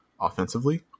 offensively